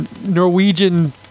Norwegian